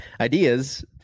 ideas